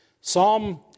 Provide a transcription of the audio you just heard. Psalm